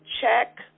check